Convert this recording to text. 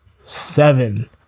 seven